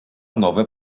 nowe